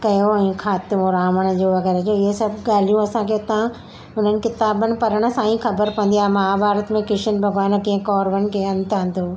कयो हुयईं ख़ात्मो रावण जो वग़ैरह जो इहे सभु ॻाल्हियूं असांखे हितां हुननि किताबनि पढ़ण सां ईं ख़बर पवंदी आहे महाभारत में किशन भॻवान कीअं कौरवनि खे अंत आंदो